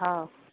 हा